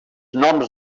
noms